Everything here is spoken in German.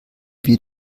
wir